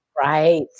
Right